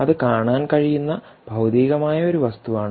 അത് കാണാൻ കഴിയുന്ന ഭൌതികമായ ഒരു വസ്തുവാണ്